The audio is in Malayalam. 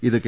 ഇത് കെ